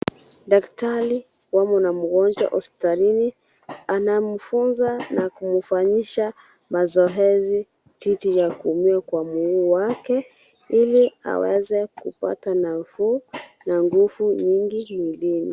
Daktari wamo na mgonjwa hospitalini anamfunza na kumfanyisha mazoezi jinsi ya kumuumia kwa mguu wake ili aweze kupata nafuu na nguvu nyingi mwilini.